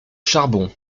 charbon